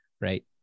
right